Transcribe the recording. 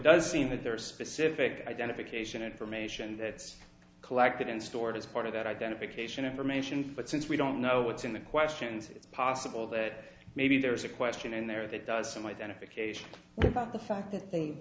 does seem that there are specific identification information that's collected and stored as part of that identification information but since we don't know what's in the questions it's possible that maybe there is a question in there that does some identification about the fact that th